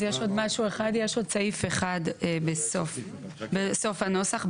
יש עוד סעיף אחד בסוף הנוסח,